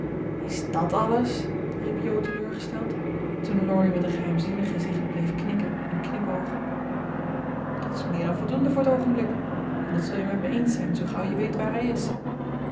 is dàt alles riep jo teleurgesteld toen laurie met een geheimzinnig gezicht bleef knikken en knipoogen dat is meer dan voldoende voor t oogenblik en dat zul je met me eens zijn zoo gauw je weet waar hij is